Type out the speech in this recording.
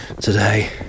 today